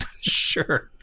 sure